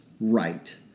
right